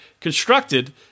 constructed